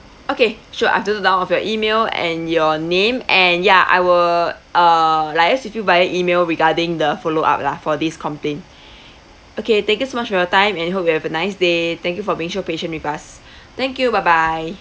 okay sure I've noted down of your email and your name and ya I will uh liaise with you via email regarding the follow up lah for this complaint okay thank you so much for your time and hope you have a nice day thank you for being so patient with us thank you bye bye